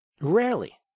Rarely